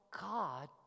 God